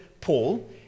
Paul